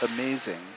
amazing